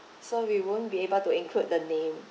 so we won't be able to include the name